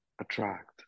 attract